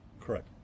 Correct